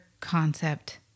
concept